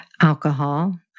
Alcohol